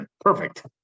Perfect